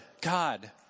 God